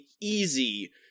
easy